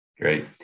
Great